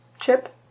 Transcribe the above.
Chip